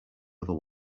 other